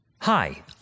Hi